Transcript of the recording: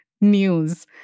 news